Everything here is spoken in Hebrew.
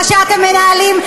מה שאתם מנהלים,